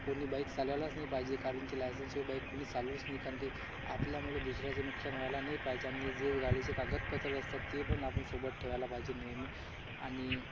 कोणी बाईक चालवायलाच नाही पाहिजे कारण की लायसनशिवाय बाईक कोणी चालवूच नाही कारण की आपल्यामुळं दुसऱ्याचं नुकसान व्हायला नाही पाहिजे आणि जे गालीचे कागदपत्रं असतात ते पण आपण सोबत ठेवायला पाहिजे नेहमी आणि